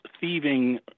thieving